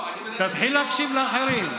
לא, אני מנסה, תתחיל להקשיב לאחרים.